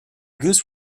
goose